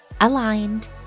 aligned